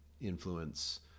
influence